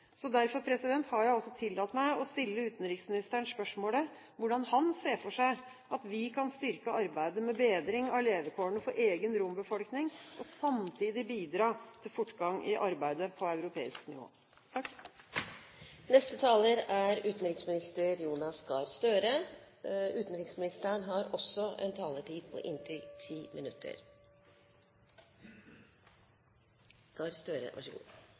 Derfor har jeg tillatt meg å stille utenriksministeren spørsmålet: Hvordan ser han for seg at vi kan styrke arbeidet med bedring av levekårene for egen rombefolkning, og samtidig bidra til fortgang i arbeidet på europeisk nivå? Jeg vil først si at jeg synes intensjonen til interpellanten om å ta flere debatter fra Europarådet inn i salen her er meget god